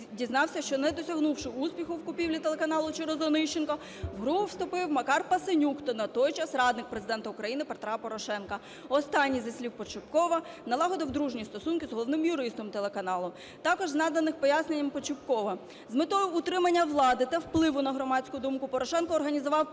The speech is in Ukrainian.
дізнався, що не досягнувши успіху в купівлі телеканалу через Онищенка в гру вступив Макар Пасенюк, на той час радник Президента України Петра Порошенка". Останній, зі слів Подщіпкова, налагодив дружні стосунки з головним юристом телеканалу. Також з наданих пояснень Подщіпкова: "З метою утримання влади та впливу на громадську думку Порошенко організував